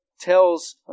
tells